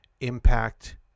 impact